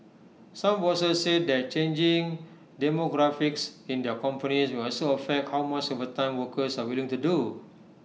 some bosses said that changing demographics in their companies may also affect how much overtime workers are willing to do